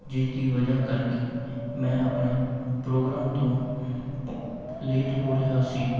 ਜਿਸ ਦੀ ਵਜ੍ਹਾ ਕਰਕੇ ਮੈਂ ਆਪਣੇ ਪ੍ਰੋਗਰਾਮ ਤੋਂ ਪ ਲੇਟ ਹੋ ਰਿਹਾ ਸੀ